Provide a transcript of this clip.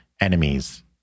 enemies